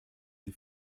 sie